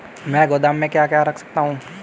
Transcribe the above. मैं गोदाम में क्या क्या रख सकता हूँ?